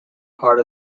part